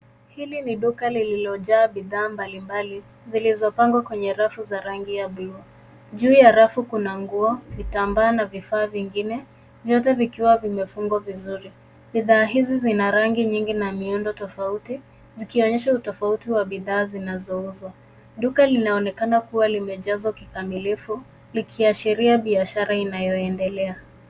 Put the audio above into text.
Hili ni duka lililojaa bidhaa mbalimbali zilizopangwa kwenye rafu ya rangi za bulu. Juu ya rafu kuna nguo, vitambaa na bidhaa vingine vyote vikiwa vimefungwa vizuri. Bidhaa hizi zina rangi nyingi na miundo tofauti zikionyesha utofauti wa bidhaa zinazouzwa. Duka linaonekana kuwa limejazwa kikamilifu likiashiria biashara inayoendelea.